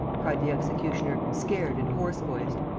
cried the executioner, scared and hoarse-voiced.